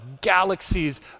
galaxies